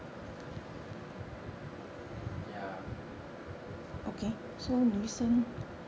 ya